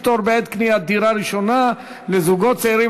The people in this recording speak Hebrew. פטור בעת קניית דירה ראשונה לזוגות צעירים),